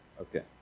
Okay